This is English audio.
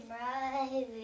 right